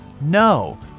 No